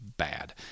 bad